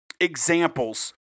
examples